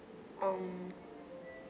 um